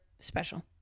special